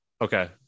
Okay